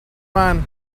man